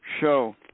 show